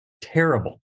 terrible